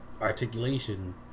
articulation